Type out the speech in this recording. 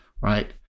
right